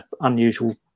unusual